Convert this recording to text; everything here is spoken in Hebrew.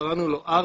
קראנו לו 'ארטק',